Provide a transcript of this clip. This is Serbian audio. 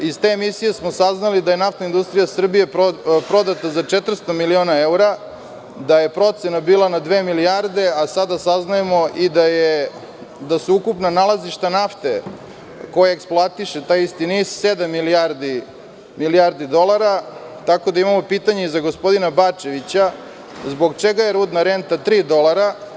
Iz te emisije smo saznali da je NIS prodata za 400 miliona evra, da je procena bila na dve milijarde, a sada saznajemo i da su ukupna nalazišta nafte koju eksploatiše ta ista NIS sedam milijardi dolara, tako da imamo pitanje i za gospodina Bačevića – zbog čega je rudna renta tri dolara?